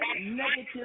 negative